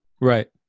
Right